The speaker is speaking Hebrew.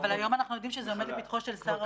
אבל היום אנחנו יודעים שזה עומד לפתחו של שר האוצר.